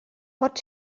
pot